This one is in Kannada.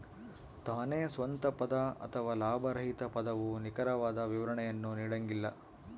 ತಾನೇ ಸ್ವಂತ ಪದ ಅಥವಾ ಲಾಭರಹಿತ ಪದವು ನಿಖರವಾದ ವಿವರಣೆಯನ್ನು ನೀಡಂಗಿಲ್ಲ